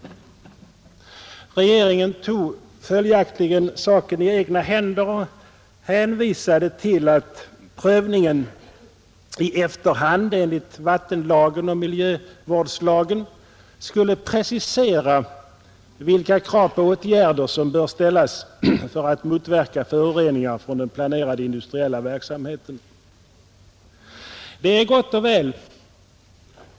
Regeringen tog följaktligen saken i egna händer och hänvisade till att prövningen i efterhand enligt vattenlagen och miljövårdslagen skulle precisera vilka krav på åtgärder som bör ställas för att motverka föroreningar från den planerade industriella verksamheten, Det är gott och väl.